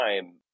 time